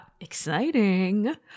exciting